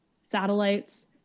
satellites